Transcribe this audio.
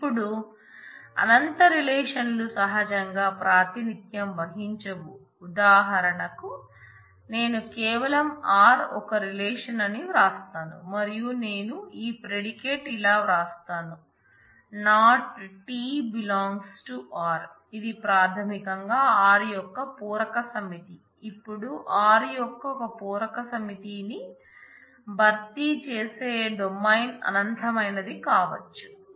ఇప్పుడు అనంత రిలేషన్లు సహజంగా ప్రాతినిధ్యం వహించవు ఉదాహరణకు నేను కేవలం r ఒక రిలేషన్అని వ్రాస్తాను మరియు నేను ఈ ప్రెడికేటే ఇలా వ్రాస్తాను ¬ t € r ఇది ప్రాథమికంగా r యొక్క పూరక సమితి ఇప్పుడు r యొక్క ఒక పూరక సమితి ని భర్తీ చేస్తే డొమైన్ అనంతమైనది కావచ్చు